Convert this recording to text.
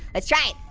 let's try it.